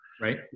right